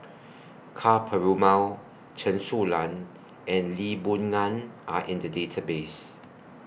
Ka Perumal Chen Su Lan and Lee Boon Ngan Are in The Database